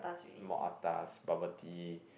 more atas bubble tea